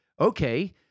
okay